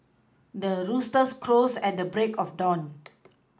the rooster crows at the break of dawn